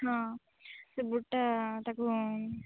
ହଁ ସେ ବୁଢ଼ୀଟା ତାକୁ